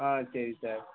ஆ சரி சார்